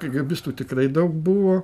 kėgėbistų tikrai daug buvo